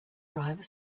driver